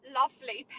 lovely